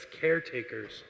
caretakers